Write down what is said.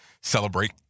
celebrate